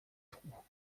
trous